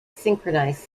synchronized